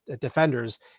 defenders